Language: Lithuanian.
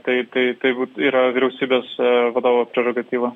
tai tai tai yra vyriausybės vadovo prerogatyva